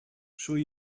sure